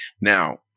Now